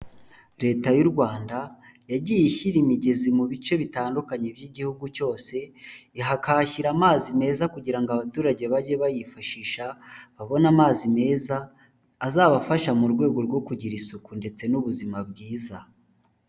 Leta y'u Rwanda yagiye ishyira imigezi mu bice bitandukanye by'igihugu cyose, ikahashyira amazi meza kugira ngo abaturage bajye bayifashisha, babone amazi meza azabafasha mu rwego rwo kugira isuku ndetse n'ubuzima bwiza.